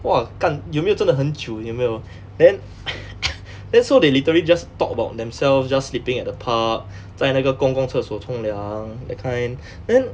!wah! gan 有没有真的很久有没有 then then so they literally just talk about themselves just sleeping at the park 在那个公共厕所冲凉 that kind then